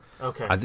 Okay